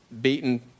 beaten